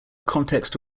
context